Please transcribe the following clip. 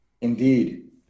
Indeed